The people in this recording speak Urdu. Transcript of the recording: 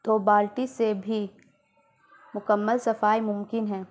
تو بالٹی سے بھی مکمل صفائی ممکن ہیں